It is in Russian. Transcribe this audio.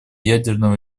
ядерного